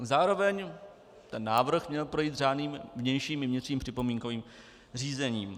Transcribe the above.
Zároveň ten návrh měl projít řádným vnějším i vnitřním připomínkovým řízením.